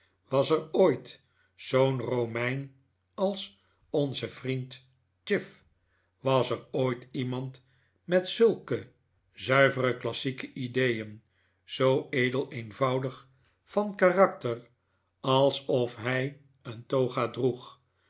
was er ooit zoo'n romein als onze vriend chif was er ooit iemand met zulke zuiver klassieke ideeert zoo edel eenvoudig van karakter alsof hij een toga droeg